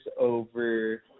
over